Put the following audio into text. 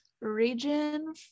Region